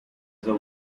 the